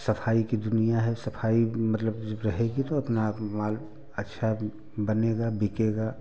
सफाई की दुनिया है सफाई मतलब रहेगी तो अपना माल अच्छा बनेगा बिकेगा